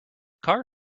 car